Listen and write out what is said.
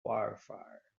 wildfire